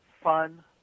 fun